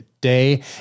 day